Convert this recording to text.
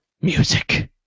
music